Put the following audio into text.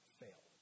fail